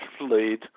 lead